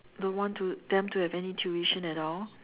don't want to them to have any tuition at all